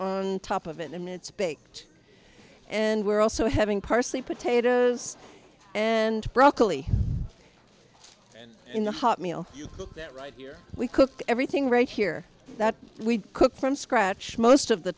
on top of it and it's baked and we're also having parsley potatoes and broccoli in the hot meal here we cook everything right here that we cook from scratch most of the